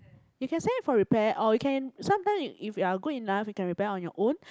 you can send it for repair or you can sometimes if you are good enough you can repair on your own